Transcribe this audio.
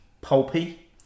pulpy